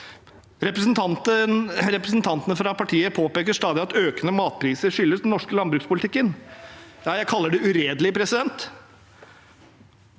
Representantene fra partiet påpeker stadig at økende matpriser skyldes den norske landbrukspolitikken. Jeg kaller det uredelig, for det